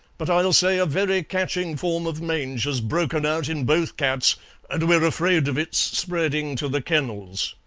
but i'll say a very catching form of mange has broken out in both cats and we're afraid of it spreading to the kennels.